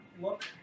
look